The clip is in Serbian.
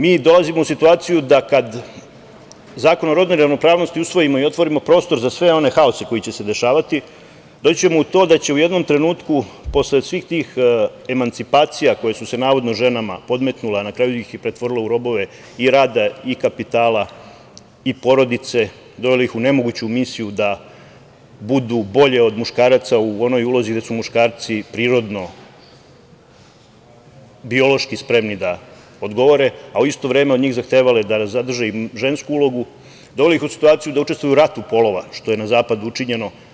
Mi dolazimo u situaciju da kada Zakon o rodnoj ravnopravnosti usvojimo i otvorimo prostor za sve one haose koji će se dešavati doći ćemo na to da ćemo u jednom trenutku posle svih tih emancipacija koje su se navodno ženama podmetnule, a na kraju ih pretvorile u robove i rada i kapitala i porodice, dovele ih u nemoguću misiju da budu bolje od muškaraca u onoj ulozi gde su muškarci prirodno biološki spremni da odgovore, a u isto vreme od njih zahtevale da zadrže i žensku ulogu, dovodi ih u situaciju da učestvuju u ratu polova, što je na zapadu učinjeno.